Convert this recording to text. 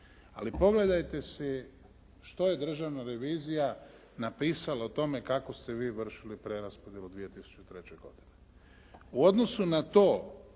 Ali pogledajte si što je državna revizija napisala o tome kako ste vi vršili preraspodjelu 2003. godine. U odnosu na to